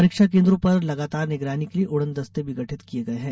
परीक्षा केन्द्रों पर लगातार निगरानी के लिये उड़न दस्ते भी गठित किये गये हैं